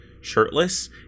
shirtless